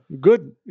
good